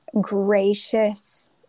gracious